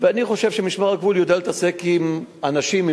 ואני חושב שמשמר הגבול יודע להתעסק עם אנשים,